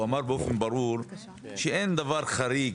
הוא אמר באופן ברור שאין דבר חריג.